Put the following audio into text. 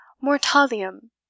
mortalium